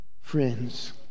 friends